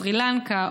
סרי לנקה,